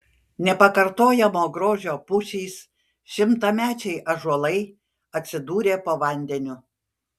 nepakartojamo grožio pušys šimtamečiai ąžuolai atsidūrė po vandeniu